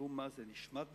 שמשום מה נשמט בהתחלה,